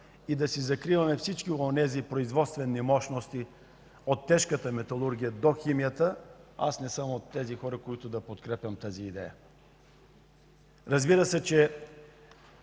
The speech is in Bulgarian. да си закриваме всички производствени мощности от тежката металургия до химията, аз не съм от тези хора, които подкрепят тази идея. Трите